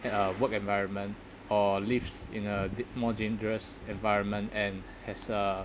at uh work environment or lives in a d~ more dangerous environment and has a